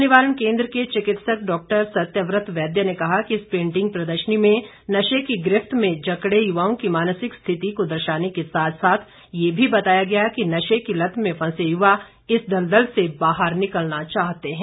नशा निवारण केन्द्र के चिकित्सक डॉक्टर सत्यव्रत वैद्य ने कहा कि इस पेंटिंग प्रदर्शनी में नशे की गिरफ्त में जकड़े युवाओं की मानसिक स्थिति को दर्शाने के साथ साथ ये भी बताया गया कि नशे की लत में फंसे युवा इस दलदल से बाहर निकलना चाहते हैं